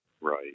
right